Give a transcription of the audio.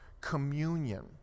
communion